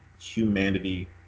humanity